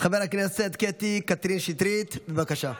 חבר הכנסת קטי קטרין שטרית, בבקשה.